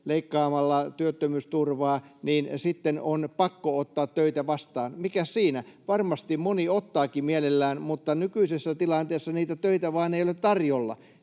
leikkaamalla työttömyysturvaa, niin sitten on pakko ottaa töitä vastaan. Mikäs siinä, varmasti moni ottaakin mielellään, mutta nykyisessä tilanteessa niitä töitä vain ei ole tarjolla.